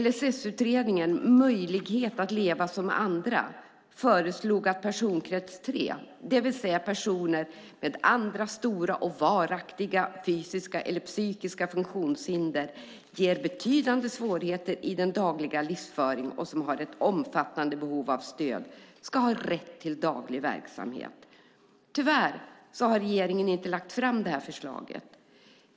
LSS-utredningen Möjlighet att leva som andra föreslog att personkrets 3, det vill säga personer som har andra stora och varaktiga fysiska eller psykiska funktionshinder vilka ger betydande svårigheter i den dagliga livsföringen och som har ett omfattande behov av stöd, ska ha rätt till daglig verksamhet. Tyvärr har regeringen inte lagt fram ett sådant förslag.